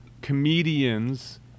comedians